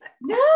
No